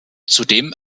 zudem